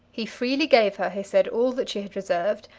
he freely gave her, he said, all that she had reserved,